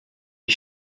est